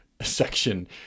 section